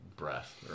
breath